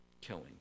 Killing